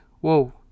whoa